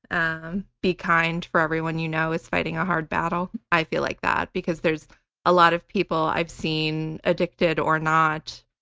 um be kind, for everyone you know is fighting a hard battle. i feel like that because there's a lot of people i've seen, addicted or not,